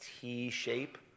T-shape